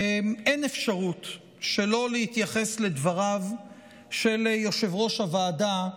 אין אפשרות שלא להתייחס לדבריו של יושב-ראש הוועדה,